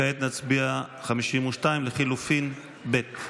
כעת נצביע על הסתייגות 52 לחלופין ג'.